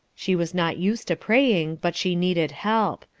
she was not used to praying, but she needed help.